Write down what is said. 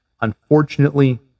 Unfortunately